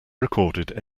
recorded